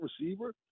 receiver